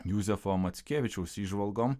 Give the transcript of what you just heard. juzefo mackevičiaus įžvalgom